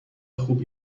خوب